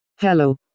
Hello